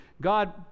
God